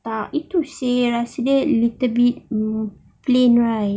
tak itu seh rasa dia a little bit plain right